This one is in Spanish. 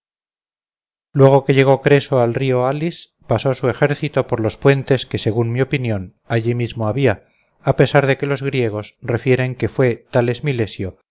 luego que llegó creso al río halis pasó su ejército por los puentes que según mi opinión allí mismo había a pesar de que los griegos refieren que fue thales milesio